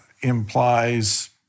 implies